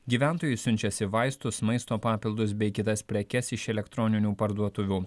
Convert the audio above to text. gyventojų siunčiasi vaistus maisto papildus bei kitas prekes iš elektroninių parduotuvių